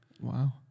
Wow